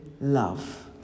love